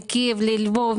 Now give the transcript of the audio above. מקייב ללבוב,